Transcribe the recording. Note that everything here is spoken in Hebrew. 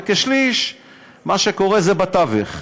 וכשליש זה בתווך,